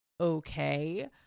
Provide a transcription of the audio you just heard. okay